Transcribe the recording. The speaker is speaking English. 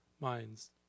minds